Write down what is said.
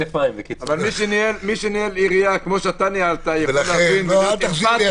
מי שניהל עירייה כמו שאתה ניהלת יכול להבין --- לא.